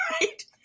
right